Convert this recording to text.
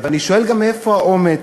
ואני שואל גם: מאיפה האומץ?